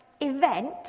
event